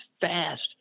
fast